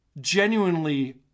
genuinely